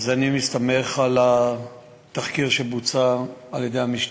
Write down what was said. אני מסתמך על התחקיר שבוצע על-ידי המשטרה.